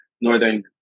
northern